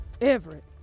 Everett